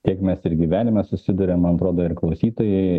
tiek mes ir gyvenime susiduriam man atrodo ir klausytojai